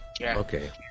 Okay